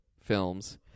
films